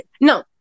No